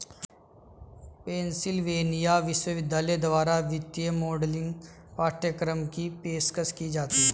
Pennsylvania विश्वविद्यालय द्वारा वित्तीय मॉडलिंग पाठ्यक्रम की पेशकश की जाती हैं